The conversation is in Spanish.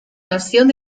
noción